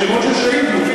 שמות של שהידים.